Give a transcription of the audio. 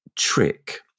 Trick